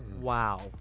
Wow